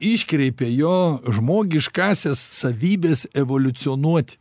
iškreipė jo žmogiškąsias savybes evoliucionuot